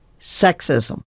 sexism